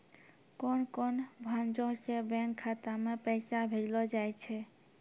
कोन कोन भांजो से बैंक खाता मे पैसा भेजलो जाय छै?